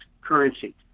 currency